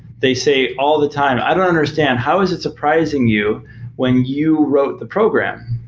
they say all the time, i don't understand. how is it surprising you when you wrote the program?